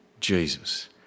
Jesus